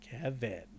Kevin